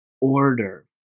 order